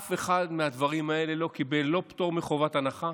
אף אחד מהדברים האלה לא קיבל לא פטור מחובת הנחה,